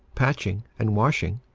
patching, and washing,